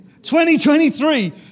2023